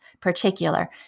particular